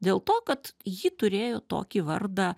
dėl to kad jį turėjo tokį vardą